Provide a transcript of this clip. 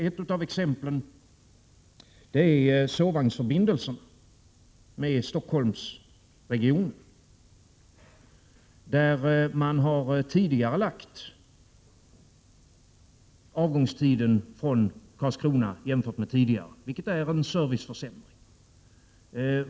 Ett av exemplen är sovvagnsförbindelserna med Stockholmsregionen. Man har tidigarelagt avgångstiden från Karlskrona jämfört med tidigare, vilket är en serviceförsämring.